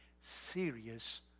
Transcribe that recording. serious